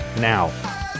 now